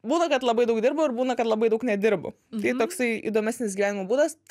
būna kad labai daug dirbu ir būna kad labai daug nedirbu tai toksai įdomesnis gyvenimo būdas